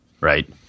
right